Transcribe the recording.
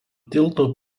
tilto